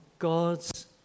God's